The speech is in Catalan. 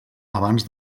abans